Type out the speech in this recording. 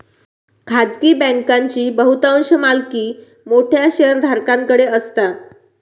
खाजगी बँकांची बहुतांश मालकी मोठ्या शेयरधारकांकडे असता